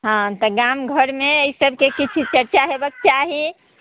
हँ तऽ गाम घरमे एहि सभक किछु चर्चा हेबाक चाही